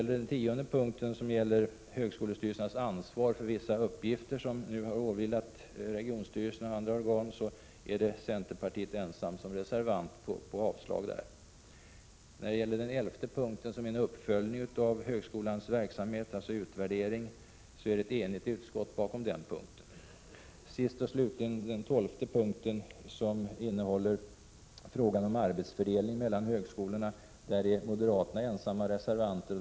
Beträffande punkt 10, högskolornas ansvar för vissa uppgifter som hittills har åvilat regionstyrelsen och andra organ, är centern ensam reservant med sitt avslagsyrkande. Den tolfte punkten, sist och slutligen, innehåller frågan om arbetsfördelning mellan högskoleenheterna. Moderaterna är där ensamma reservanter.